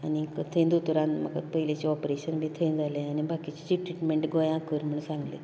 आनीक थंय दोतोरान म्हाका पयलिचे ऑपरेशन बी थंय जाले आनी बाकिचे ट्रिटमेंन्ट गोंयांत कर म्हण सांगलें